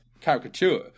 caricature